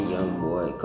Youngboy